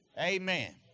Amen